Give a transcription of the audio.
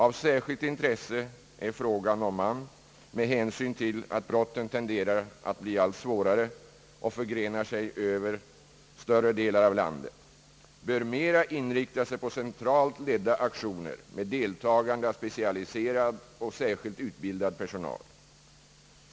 Av särskilt intresse är frågan om man, med hänsyn till att brotten tenderar att bli allt svårare och förgrenar sig över större delar av landet, bör mera inrikta sig på centralt ledda aktioner med deltagande av specialiserad och särskilt utbildad personal.